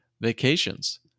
vacations